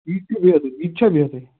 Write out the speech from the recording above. یِتہٕ چھُ ضروٗری یِتہٕ چھُ بہتر